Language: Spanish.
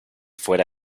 fuera